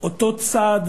אותו צעד